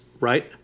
Right